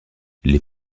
les